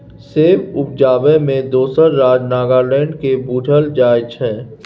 सेब उपजाबै मे दोसर राज्य नागालैंड केँ बुझल जाइ छै